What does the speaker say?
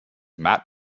matt